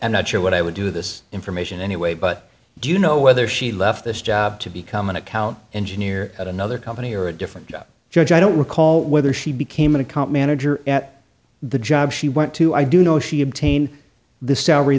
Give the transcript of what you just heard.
am not sure what i would do this information anyway but do you know whether she left this job to become an account engineer at another company or a different job judge i don't recall whether she became an account manager at the job she went to i do know she obtained the salary